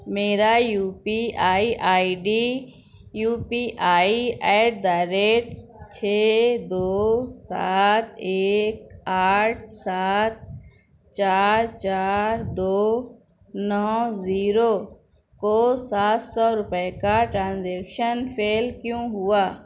میرا U P I I D U P I at the rate چھ دو سات ایک آٹھ سات چار چار دو نو زیرو کو سات سو روپئے کا ٹرانزیکشن فیل کیوں ہوا